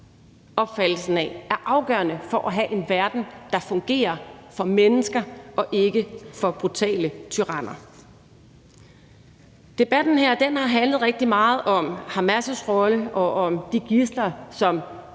opfattelsen af er afgørende for at have en verden, der fungerer for mennesker og ikke for brutale tyranner. Debatten her har handlet rigtig meget om Hamas' rolle og om de gidsler, som